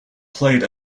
played